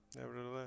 nevertheless